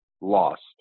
lost